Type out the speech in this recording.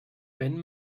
wenn